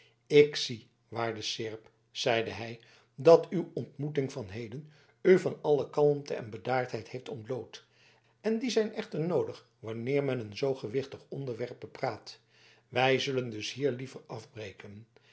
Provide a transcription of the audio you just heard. ik zie waarde seerp zeide hij dat uw ontmoeting van heden u van alle kalmte en bedaardheid heeft ontbloot en die zijn echter noodig wanneer men een zoo gewichtig onderwerp bepraat wij zullen dus hier liever afbreken